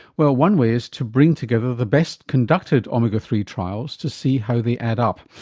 well one way is to bring together the best conducted omega three trials to see how they add up.